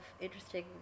interesting